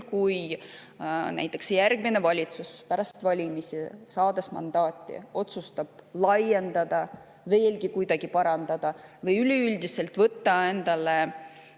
et näiteks järgmine valitsus pärast valimisi, saades mandaadi, otsustab laiendada, veelgi kuidagi parandada või üleüldiselt võtta endale